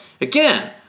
again